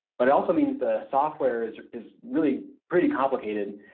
but it also means the software is is really pretty complicated.